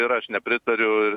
ir aš nepritariu